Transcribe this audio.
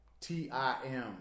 T-I-M